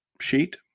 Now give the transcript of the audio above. sheet